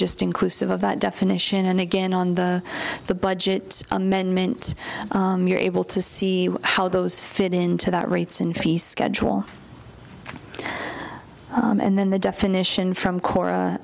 just inclusive of that definition and again on the the budget amendment you're able to see how those fit into that rates in fee schedule and then the definition from co